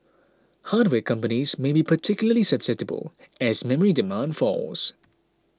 hardware companies may be particularly susceptible as memory demand falls